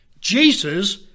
Jesus